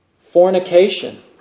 fornication